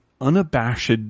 unabashed